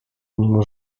mimo